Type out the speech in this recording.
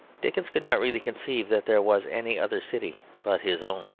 dickens could not really conceive that there was any other city but his own.